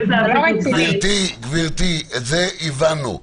גברתי, את זה הבנו.